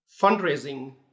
fundraising